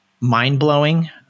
mind-blowing